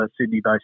Sydney-based